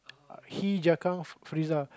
he Zakaf Farizah